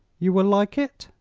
you will like it?